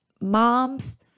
moms